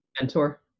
mentor